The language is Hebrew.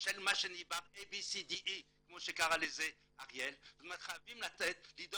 של A B C D E, כמו שקרא לזה אריאל, חייבים לדאוג